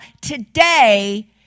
today